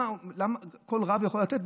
כל רב יכול לתת?